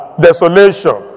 desolation